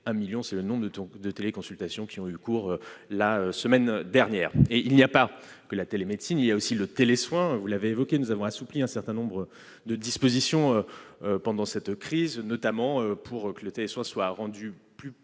un million, c'est le nombre de téléconsultations qui ont été réalisées la semaine dernière ! Outre la télémédecine, il y a aussi le télésoin. Or, vous l'avez évoqué, nous avons assoupli un certain nombre de dispositions pendant cette crise, notamment pour rendre le télésoin plus